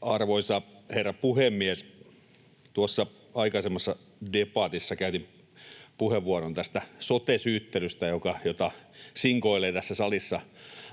Arvoisa herra puhemies! Tuossa aikaisemmassa debatissa käytin puheenvuoron sote-syyttelystä, jota sinkoilee tässä salissa